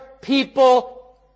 people